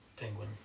Penguin